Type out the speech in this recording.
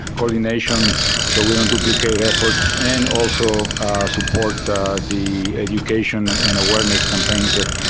coordination so we don't duplicate efforts, and also support the education and awareness campaigns that,